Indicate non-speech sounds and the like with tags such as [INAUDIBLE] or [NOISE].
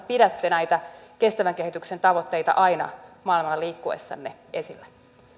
[UNINTELLIGIBLE] pidätte näitä kestävän kehityksen tavoitteita aina maailmalla liikkuessanne esillä